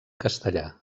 castellà